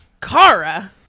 Kara